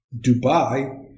dubai